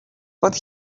but